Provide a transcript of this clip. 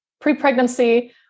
pre-pregnancy